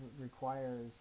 requires